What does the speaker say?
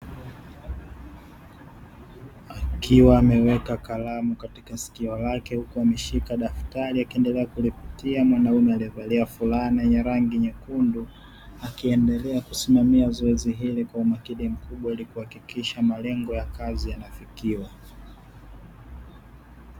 Akiwa ameweka kalamu katika sikio lake, huko ameshika daftari akiendelea kulipitia mwanamume aliyevalia fulana yenye rangi nyekundu. Akiendelea kusimamia zoezi hili kwa umakini mkubwa ili kuhakikisha malengo ya kazi yanafikiwa.